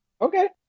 Okay